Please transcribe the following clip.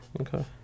okay